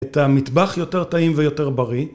את המטבח יותר טעים ויותר בריא